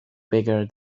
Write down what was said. bigger